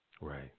Right